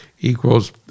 equals